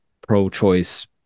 pro-choice